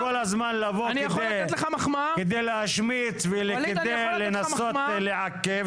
כל הזמן לבוא כדי להשמיץ ולנסות ולעכב.